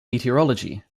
meteorology